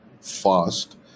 fast